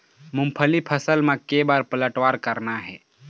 मूंगफली फसल म के बार पलटवार करना हे?